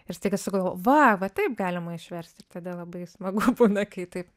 ir staiga sugalvoju va va taip galima išversti ir tada labai smagu būna kai taip